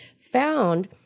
found